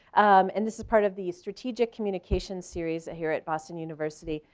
and this is part of the strategic communications series here at boston university.